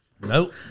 Nope